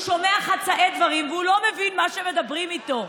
שומע חצאי דברים והוא לא מבין מה שמדברים איתו.